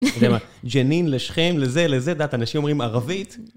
זה מה, ג'נין לשכם, לזה לזה, את יודעת אנשים אומרים ערבית.